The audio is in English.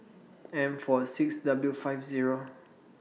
M four six W five Zero